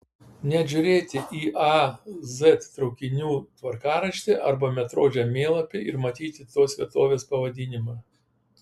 net žiūrėti į a z traukinių tvarkaraštį arba metro žemėlapį ir matyti tos vietovės pavadinimą